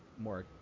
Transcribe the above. more